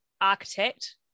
architect